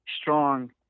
strong